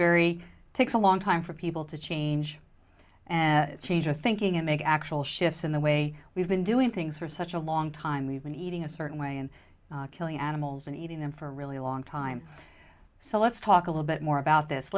very takes a long time for people to change and change our thinking and make actual shifts in the way we've been doing things for such a long time we've been eating a certain way and killing animals and eating them for a really long time so let's talk a little bit more about this